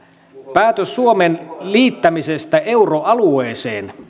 päätös suomen liittämisestä euroalueeseen